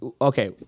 okay